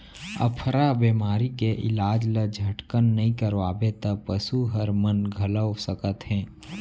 अफरा बेमारी के इलाज ल झटकन नइ करवाबे त पसू हर मन घलौ सकत हे